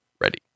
ready